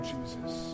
Jesus